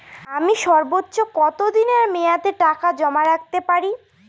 আমি সর্বোচ্চ কতদিনের মেয়াদে টাকা জমা রাখতে পারি?